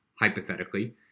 hypothetically